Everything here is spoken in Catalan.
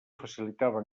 facilitava